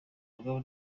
rugamba